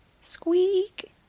squeak